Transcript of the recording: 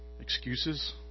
excuses